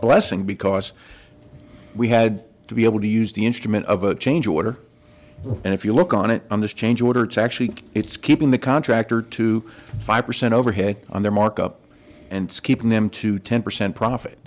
blessing because we had to be able to use the instrument of a change order and if you look on it on this change order to actually it's keeping the contractor to five percent overhead on their markup and keeping them to ten percent profit